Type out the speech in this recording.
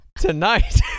Tonight